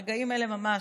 ברגעים אלה ממש,